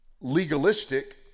legalistic